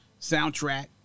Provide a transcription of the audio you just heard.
soundtrack